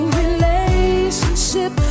relationship